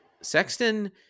Sexton